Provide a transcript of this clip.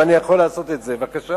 אם אני יכול לעשות את זה, בבקשה.